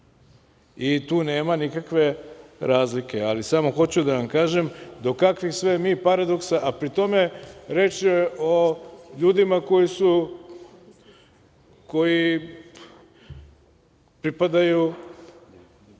I tu nema nikakve razlike, ali samo hoću da vam kažem do kakvih sve mi paradoksa, a pri tome reč je o ljudima koji pripadaju